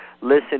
listen